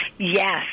Yes